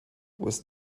was